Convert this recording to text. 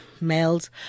males